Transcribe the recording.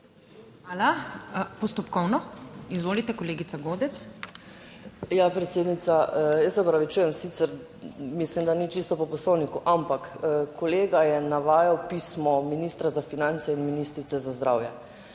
Hvala. Postopkovno? (Da.) Izvolite, kolegica Godec. **JELKA GODEC (PS SDS):** Predsednica, jaz se opravičujem, sicer mislim, da ni čisto po Poslovniku, ampak kolega je navajal pismo ministra za finance in ministrice za zdravje,